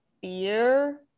fear